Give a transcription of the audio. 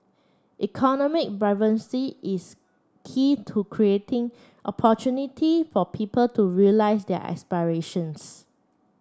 economic vibrancy is key to creating opportunity for people to realise their aspirations